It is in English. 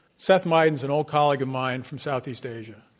seth mydans, an old colleague of mine from southeast asia,